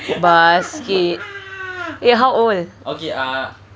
basket wait how old